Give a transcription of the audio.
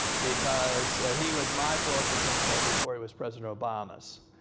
because he was my political consultant before he was president obama's.